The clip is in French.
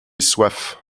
soif